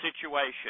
situation